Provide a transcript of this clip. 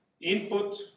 input